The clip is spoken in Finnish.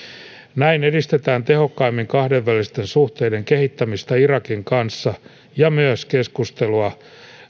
näin edistetään tehokkaimmin kahdenvälisten suhteiden kehittämistä irakin kanssa ja myös keskustelua